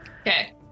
Okay